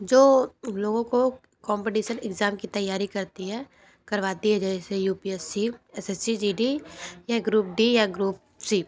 जो लोगों को कॉम्पिटिशन एग्जाम की तैयारी करती है करवाती है जैसे U P S C S S C G D या ग्रुप डी या ग्रुप सी